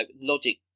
logic